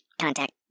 contact